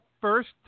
first